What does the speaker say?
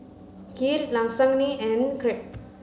Kheer Lasagne and Crepe